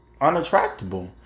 unattractable